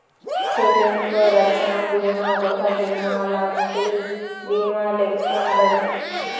చెల్లింపు రచ్చన బీమా గృహబీమాలంటి బీమాల్లెక్కుండదు